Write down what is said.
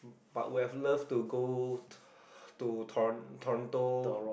but would have loved to go to toro~ Toronto